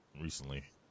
recently